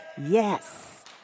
Yes